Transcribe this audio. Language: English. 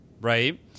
right